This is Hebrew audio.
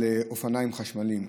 על אופניים חשמליים.